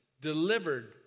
delivered